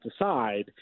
decide